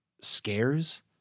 Scares